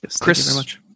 Chris